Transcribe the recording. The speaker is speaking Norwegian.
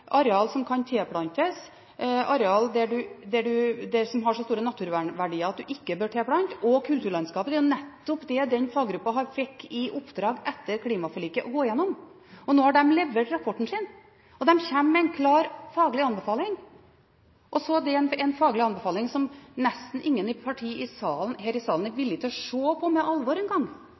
areal som kan tilplantes, areal som har så store naturvernverdier at de ikke bør tilplantes, og kulturlandskapet, som den faggruppa fikk i oppdrag etter klimaforliket å gå gjennom. Nå har de levert rapporten sin, og de kommer med en klar faglig anbefaling. Det er en faglig anbefaling som nesten ingen av partiene her i salen er villig til å se på med alvor